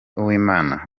uwimana